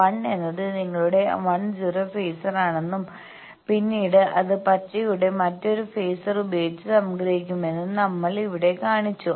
1 എന്നത് നിങ്ങളുടെ 1 0 ഫേസറാണെന്നും പിന്നീട് അത് പച്ചയുടെ മറ്റൊരു ഫേസർ ഉപയോഗിച്ച് സംഗ്രഹിക്കുമെന്നും നമ്മൾ ഇവിടെ കാണിച്ചു